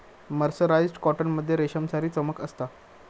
mercerised cotton मध्ये रेशमसारी चमक असता